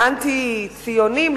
לאנטי-ציונים,